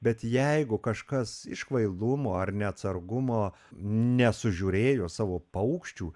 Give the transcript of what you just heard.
bet jeigu kažkas iš kvailumo ar neatsargumo nesužiūrėjo savo paukščių